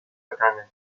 vergangen